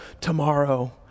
tomorrow